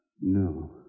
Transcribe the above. No